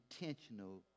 intentional